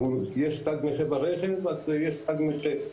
יש תג נכה ברכב אז יש תג נכה.